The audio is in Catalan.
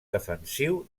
defensiu